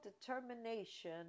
determination